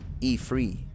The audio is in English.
e3